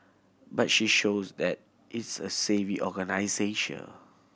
but she shows that is a savvy